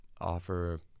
offer